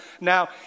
now